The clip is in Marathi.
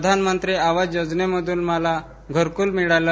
प्रधानमंत्री आवास योजनेमधुन मला घरकुल मिळालं